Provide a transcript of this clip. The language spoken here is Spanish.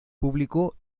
publicó